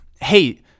hey